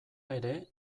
ere